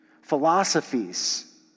philosophies